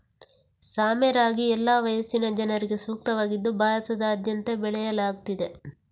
ಸಾಮೆ ರಾಗಿ ಎಲ್ಲಾ ವಯಸ್ಸಿನ ಜನರಿಗೆ ಸೂಕ್ತವಾಗಿದ್ದು ಭಾರತದಾದ್ಯಂತ ಬೆಳೆಯಲಾಗ್ತಿದೆ